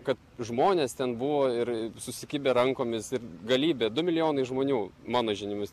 kad žmonės ten buvo ir susikibę rankomis ir galybė du milijonai žmonių mano žiniomis